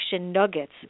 nuggets